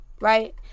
right